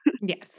Yes